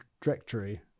trajectory